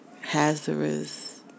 hazardous